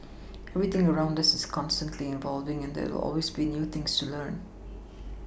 everything around us is constantly evolving and there will always be new things to learn